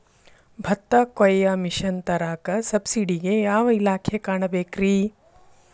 ಭತ್ತ ಕೊಯ್ಯ ಮಿಷನ್ ತರಾಕ ಸಬ್ಸಿಡಿಗೆ ಯಾವ ಇಲಾಖೆ ಕಾಣಬೇಕ್ರೇ?